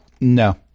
No